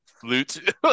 flute